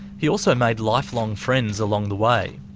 he also made lifelong friends along the way.